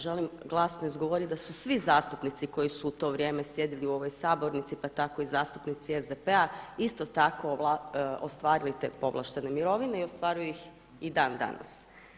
Želim glasno izgovoriti da su svi zastupnici koji su u to vrijeme sjedili u ovoj sabornici pa tako i zastupnici SDP-a isto tako ostvarili te povlaštene mirovine i ostvaruju ih i dandanas.